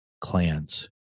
clans